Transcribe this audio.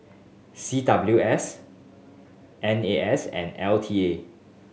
C W S N A S and L T A